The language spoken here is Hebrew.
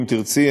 אם תרצי,